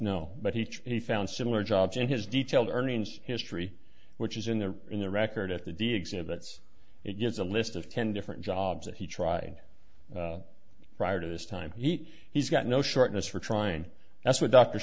no but he he found similar jobs and his detailed earnings history which is in there in the record at the d exhibits it gives a list of ten different jobs that he tried prior to this time he he's got no shortness for trying that's what dr